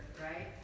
right